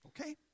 Okay